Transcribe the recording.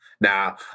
now